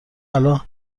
الان